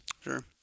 Sure